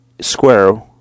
square